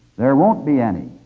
there won't be any,